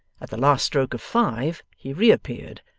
at the last stroke of five, he reappeared,